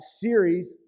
series